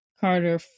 Carter